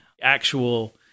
actual